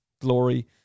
glory